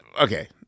okay